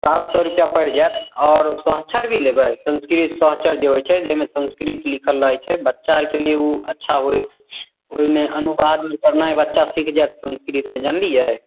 सात सए रुपैआ पड़ि जायत आओर सहचर भी लेबै संस्कृत सहचर जे होइ छै जाहिमे संस्कृत लिखल रहै छै बच्चा आरके लेल ओ अच्छा होइ ओहिमे अनुबाद करनाइ बच्चा सीख जायत संस्कृतमे जनलियै